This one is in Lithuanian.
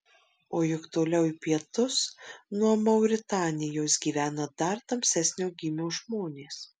o juk toliau į pietus nuo mauritanijos gyvena dar tamsesnio gymio žmonės